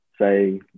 say